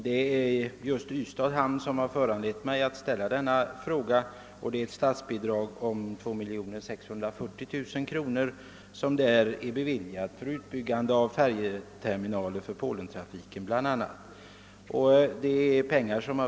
Det är just Ystads hamn och det statsbidrag på 2 640 000 kronor som beviljats för utbyggande av färjeterminalen för bl.a. polentrafiken, som föranlett mig att ställa denna fråga.